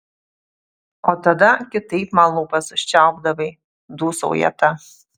o tada kitaip man lūpas užčiaupdavai dūsauja ta